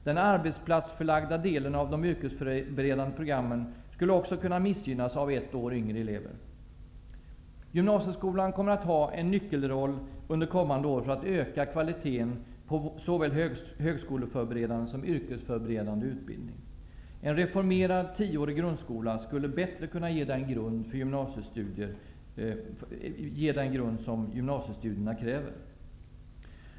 Den arbetsplatsförlagda delen av de yrkesförberedande programmen skulle också kunna missgynnas av ett år yngre elever. Gymnasieskolan kommer att ha en nyckelroll under kommande år för att öka kvaliteten på såväl högskoleförberedande som yrkesförberedande utbildning. En reformerad, tioårig grundskola skulle bättre kunna ge den grund som gymnasiestudierna kräver.